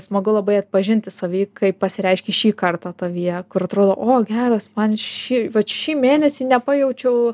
smagu labai atpažinti savy kaip pasireiškė šį kartą tavyje kur atrodo o geras man ši vat šį mėnesį nepajaučiau